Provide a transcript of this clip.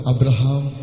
Abraham